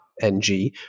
NG